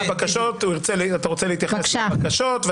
אתה רוצה להתייחס לבקשות?